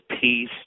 peace